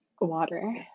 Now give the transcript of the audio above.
water